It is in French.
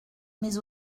mais